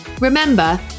Remember